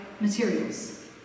materials